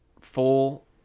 Full